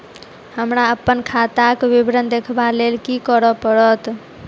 हमरा अप्पन खाताक विवरण देखबा लेल की करऽ पड़त?